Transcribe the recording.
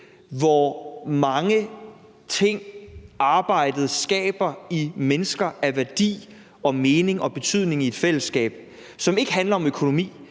hvor mange ting arbejdet skaber i mennesker af værdi, mening og betydning i et fællesskab, som ikke handler om økonomi,